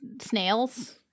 snails